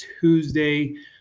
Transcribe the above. tuesday